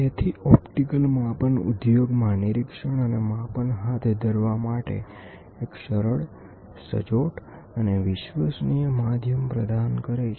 તેથી ઓપ્ટિકલ માપન ઉદ્યોગમાં નિરીક્ષણ અને માપન હાથ ધરવા માટે એક સરળ સચોટ અને વિશ્વસનીય માધ્યમ પ્રદાન કરે છે